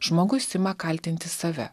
žmogus ima kaltinti save